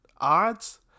Odds